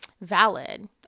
valid